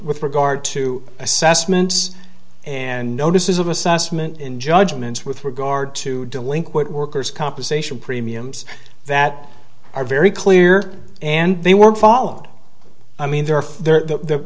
with regard to assessments and notices of assessment in judgments with regard to delinquent workers compensation premiums that are very clear and they were followed i mean there are the